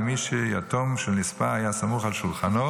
למי שיתום של נספה היה סמוך על שולחנו,